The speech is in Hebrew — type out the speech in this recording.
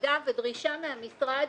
מהוועדה ודרישה מהמשרד: